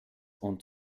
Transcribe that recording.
und